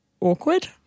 awkward